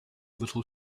little